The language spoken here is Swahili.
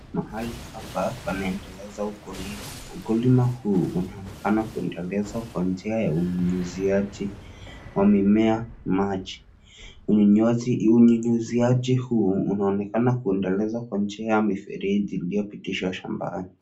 Mahali hapa panaendeleza ukulima. Ukulima huu unaonekana kuendelezwa kwa njia ya unyunyuziaji wa mimea maji. Unyunyuziaji huu unaonekana kuendelezwa kwa njia ya mifereji iliyopitishwa shambani.